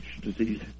disease